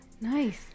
nice